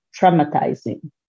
traumatizing